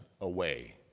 away